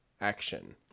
action